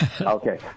Okay